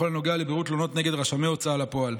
בכל הנוגע לבירור תלונות נגד רשמי הוצאה לפועל.